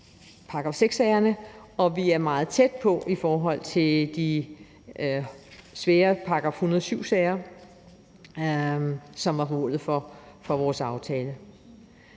for § 6-sagerne, og vi er meget tæt på i forhold til de svære § 7-sager, som var målet for vores aftale.